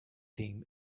team